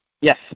Yes